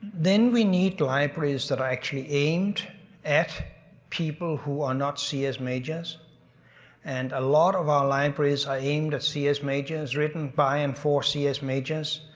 then we need libraries that are actually aimed at people who are not cs majors and a lot of our libraries are aimed at cs majors, written by and for cs majors,